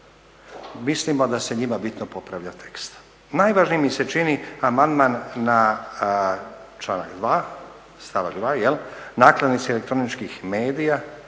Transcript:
mislimo da se njima bitno popravlja tekst. Najvažniji mi se čini amandman na članak 2.stavak 2. Nakladnici elektroničkih mesija